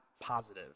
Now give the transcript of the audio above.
positive